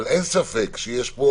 אין ספק שיש פה